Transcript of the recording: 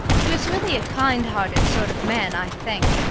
who is really a kind-hearted sort of man, i think.